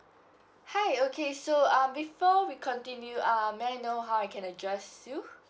hi okay so uh before we continue uh may I know how I can address you